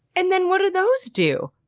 and then what do those do?